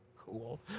cool